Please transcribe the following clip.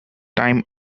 time